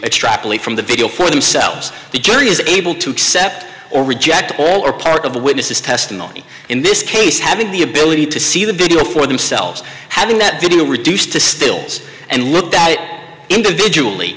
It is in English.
extrapolate from the video for themselves the jury is able to accept or reject all or part of the witness's testimony in this case having the ability to see the video for themselves having that video reduced to stills and looked at individually